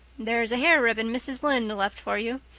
there's a hair ribbon mrs. lynde left for you.